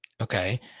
okay